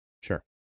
Sure